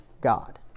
God